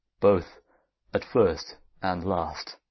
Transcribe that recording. both at first and last.